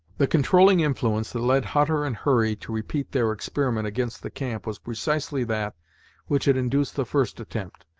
the controlling influence that led hutter and hurry to repeat their experiment against the camp was precisely that which had induced the first attempt,